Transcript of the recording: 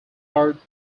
arts